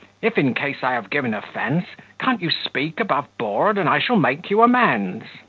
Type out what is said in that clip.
if in case i have given offence, can't you speak above-board? and i shall make you amends.